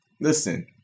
listen